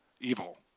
evil